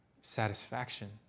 satisfaction